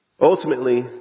Ultimately